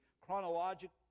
chronological